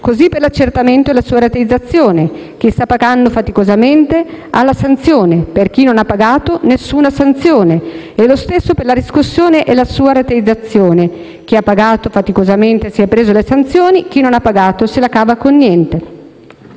Così per l'accertamento e la sua rateizzazione: chi sta pagando faticosamente ha la sanzione; chi non ha pagato non ha alcuna sanzione e lo stesso vale per la riscossione e la sua rateizzazione. Chi ha pagato faticosamente si è preso le sanzioni e chi non ha pagato se la cava con niente.